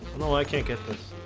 no. i can't get this